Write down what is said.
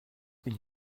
une